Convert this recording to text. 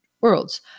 worlds